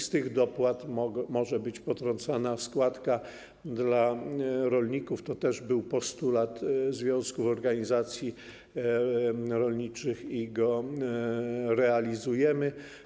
Z tych dopłat może być potrącana składka dla rolników - to też był postulat związków, organizacji rolniczych i go realizujemy.